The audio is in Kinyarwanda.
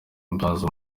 mbaza